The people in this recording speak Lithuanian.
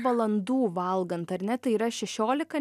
valandų valgant ar ne tai yra šešiolika